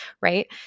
Right